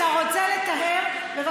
אתה רוצה לטהר, לא, אני רוצה, בבקשה,